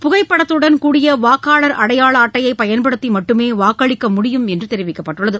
புகைப்படத்துடன் கூடிய வாக்காளர் அடையாள அட்டையை பயன்படுத்தி மட்டுமே வாக்களிக்க முடியும் என்று தெரிவிக்கப்பட்டுள்ளது